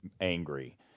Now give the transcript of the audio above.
angry